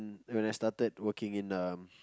when I started working in um